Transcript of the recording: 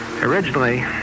originally